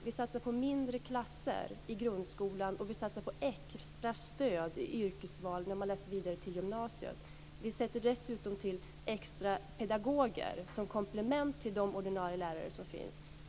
Vi satsar på mindre klasser i grundskolan. Och vi satsar på extra stöd i yrkesvalet när man läser vidare till gymnasiet. Vi tillsätter dessutom extra pedagoger som komplement till de ordinarie lärare som finns.